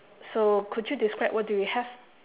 so could you describe what do you have